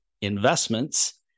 investments